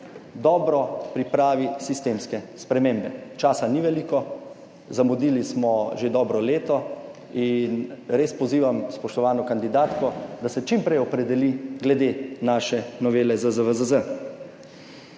dobro pripravi sistemske spremembe. Časa ni veliko, zamudili smo že dobro leto. In res pozivam spoštovano kandidatko, da se čim prej opredeli glede naše novele ZZVZZ.